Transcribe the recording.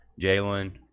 jalen